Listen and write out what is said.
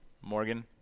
Morgan